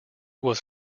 was